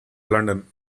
london